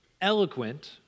eloquent